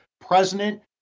president